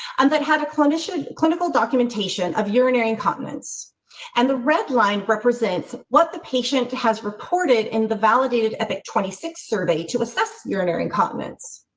and then have a clinician clinical documentation of urinary incontinence and the red line represents what the patient has reported in the validated epic six survey to assess urinary incontinence.